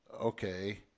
Okay